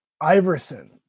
iverson